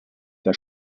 der